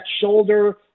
shoulder